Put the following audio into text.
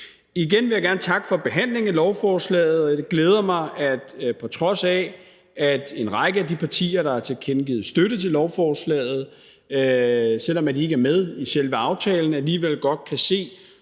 jeg gerne takke for behandlingen af lovforslaget. Det glæder mig, at selv om en række af de partier, der har tilkendegivet støtte til lovforslaget, ikke er med i selve aftalen, så kan de alligevel godt se